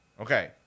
Okay